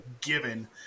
given